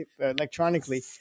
electronically